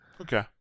okay